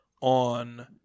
on